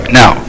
now